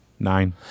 Nine